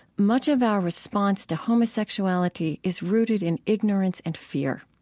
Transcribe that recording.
much of our response to homosexuality is rooted in ignorance and fear.